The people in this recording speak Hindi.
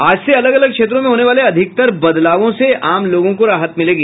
आज से अलग अलग क्षेत्रों में होने वाले अधिकतर बदलावों से आम लोगों को राहत मिलेगी